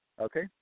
Okay